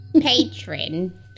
Patron